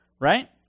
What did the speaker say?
right